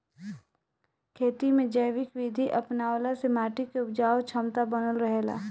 खेती में जैविक विधि अपनवला से माटी के उपजाऊ क्षमता बनल रहेला